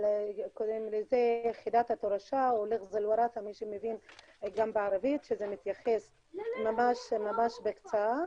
קוראים לזה יחידת התורשה, שמתייחסת ממש ממש בקצרה.